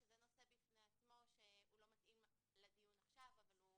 שזה נושא בפני עצמו שהוא לא מתאים לדיון עכשיו אבל הוא